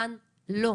כאן לא.